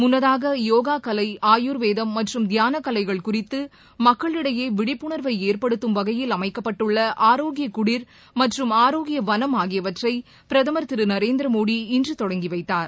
முன்னதாக யோக கலை ஆயுர்வேதம் மற்றும் தியானக் கலைகள் குறித்து மக்களிடையே விழிப்புணர்வை ஏற்படுத்தும் வகையில் அமைக்கப்பட்டுள்ள ஆரோக்கிய குடிர் மற்றம் ஆரோக்கிய வனம் ஆகியவற்றை பிரதமர் திரு நரேந்திர மோடி இன்று தொடங்கி வைத்தார்